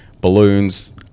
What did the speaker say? balloons